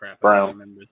Brown